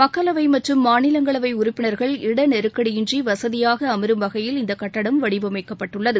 மக்களவை மற்றும் மாநிலங்களவை உறுப்பினா்கள் இட நெருக்கடியின்றி வசதியாக அமரும் வகையில் இந்த கட்டடம் வடிவமைக்கப்பட்டுள்ளது